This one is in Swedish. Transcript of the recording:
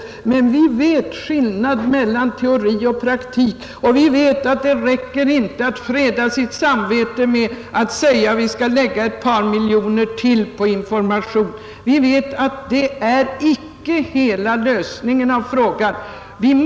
Vi som arbetar i skolan känner, som sagt, till skillnaden mellan teori och praktik, och vi vet att det inte räcker att freda sitt samvete med att säga att staten skall lägga ett par miljoner till på informationen. Vi vet att det icke är hela lösningen av frågan.